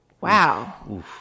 Wow